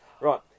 Right